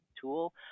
tool